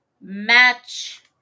match